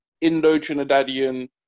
Indo-Trinidadian